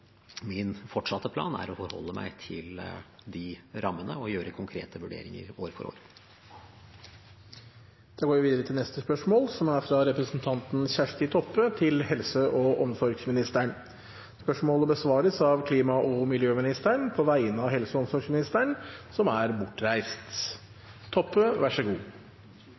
Min fortsatte plan er å forholde meg til de rammene og gjøre konkrete vurderinger år for år. Dette spørsmålet, fra representanten Kjersti Toppe til helse- og omsorgsministeren, vil bli besvart av klima- og miljøministeren på vegne av helse- og omsorgsministeren, som er bortreist.